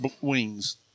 wings